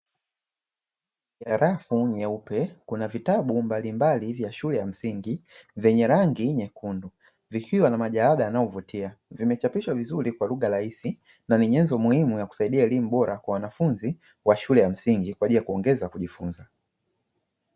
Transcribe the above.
Sehemu ya rafu nyeupe, kuna vitabu mbalimbali vya shule ya msingi venye rangi nyekundu, vikiwa na majalada yanayovutia, vimechapishwa vizuri kwa lugha rahisi na ni nyenzo muhimu ya kusaidia elimu bora kwa wanafunzi wa shule ya msingi, kwaajili ya kuongeza kujifunza.